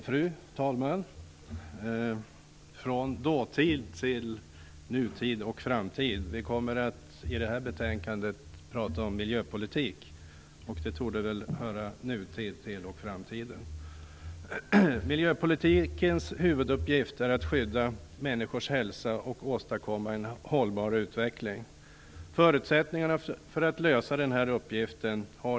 Fru talman! Från dåtid till nutid och framtid. I det här betänkandet handlar det om miljöpolitik. Det torde väl höra nutid och framtid till. Miljöpolitikens huvuduppgift är att skydda människors hälsa och åstadkomma en hållbar utveckling. Det fria och öppna samhället har förutsättningarna för att lösa den här uppgiften.